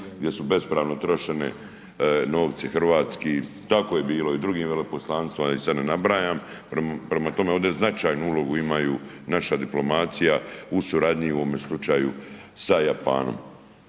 gdje su bespravno trošene novci hrvatski. Tako je bilo i u drugim veleposlanstvima i da sad ne nabrajam, prema tome, ovdje značajnu ulogu imaju naša diplomacija u suradnji u ovome slučaju sa Japanom.